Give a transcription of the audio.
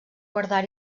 guardar